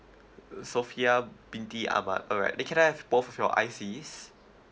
sofia binti ahmad all right then can I have both of your I_Cs